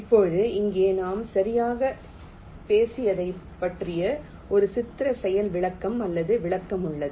இப்போது இங்கே நாம் சரியாகப் பேசியதைப் பற்றிய ஒரு சித்திர செயல் விளக்கம் அல்லது விளக்கம் உள்ளது